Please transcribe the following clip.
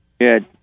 Good